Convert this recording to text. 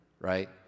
right